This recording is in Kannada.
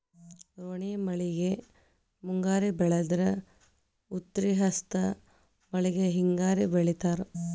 ರೋಣಿ ಮಳೆಗೆ ಮುಂಗಾರಿ ಬೆಳದ್ರ ಉತ್ರಿ ಹಸ್ತ್ ಮಳಿಗೆ ಹಿಂಗಾರಿ ಬೆಳಿತಾರ